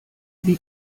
wie